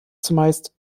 zumeist